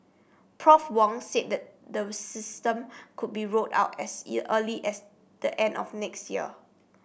Prof Wong said the the system could be rolled out as early as the end of next year